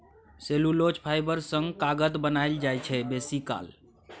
cellulose fibre सँ कागत बनाएल जाइ छै बेसीकाल